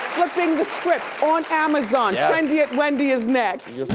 flipping the script, on amazon. trendy at wendy is next.